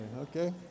Okay